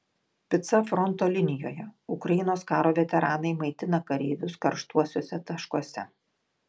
pica fronto linijoje ukrainos karo veteranai maitina kareivius karštuosiuose taškuose